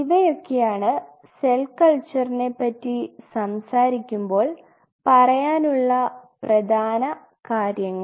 ഇവയൊക്കെയാണ് സെൽ കൾച്ചർനെ പറ്റി സംസാരിക്കുമ്പോൾ പറയാനുള്ള പ്രധാന കാര്യങ്ങൾ